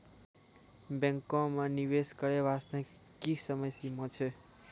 बैंको माई निवेश करे बास्ते की समय सीमा छै?